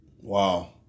wow